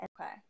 Okay